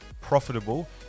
profitable